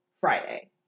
Friday